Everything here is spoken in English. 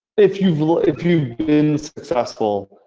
if you've if you've been successful,